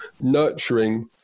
nurturing